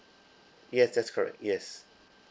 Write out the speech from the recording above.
yes that's correct yes